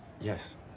Yes